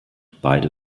beide